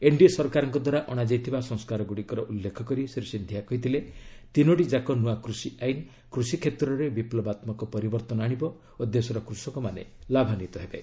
NDA ସରକାରଙ୍କ ଦ୍ୱାରା ଅଣାଯାଇଥିବା ସଂସ୍କାରଗୁଡ଼ିକର ଉଲ୍ଲେଖ କରି ଶ୍ରୀ ସିନ୍ଧିଆ କହିଥିଲେ ତିନୋଟିଯାକ ନୂଆ କୃଷି ଆଇନ କୃଷିକ୍ଷେତ୍ରରେ ବିପ୍ଲବାତ୍ମକ ପରିବର୍ତ୍ତନ ଆଣିବ ଓ ଦେଶର କୃଷକମାନେ ଲାଭାନ୍ୱିତ ହେବେ